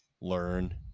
learn